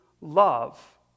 love